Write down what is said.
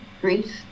grief